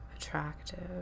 attractive